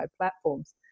platforms